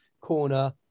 corner